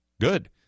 Good